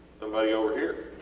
somebody over here,